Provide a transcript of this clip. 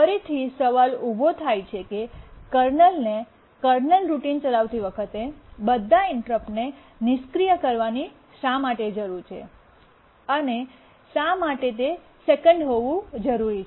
ફરીથી સવાલ ઉભો થાય છે કે કર્નલને કર્નલ રૂટીન ચલાવતી વખતે બધા ઇન્ટરપ્ટને નિષ્ક્રિય કરવાની શા માટે જરૂર છે અને શા માટે તે સેકંડ હોવું જરૂરી છે